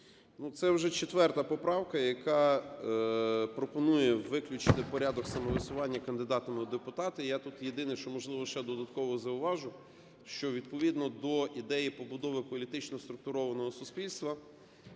це вже четверта поправка, яка пропонує виключити порядок самовисування кандидатами в депутати. Я тут єдине що, можливо, ще додатково зауважу. Що відповідно до ідеї побудови політично структурованого суспільства